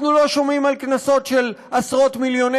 אנחנו לא שומעים על קנסות של עשרות מיליוני